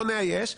בואו נאייש,